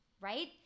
Right